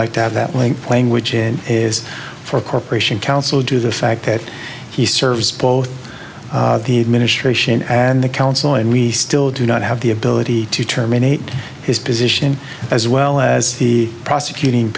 like to have that link playing which in is for a corporation counsel to the fact that he serves both the administration and the counsel and we still do not have the ability to terminate his position as well as the prosecuting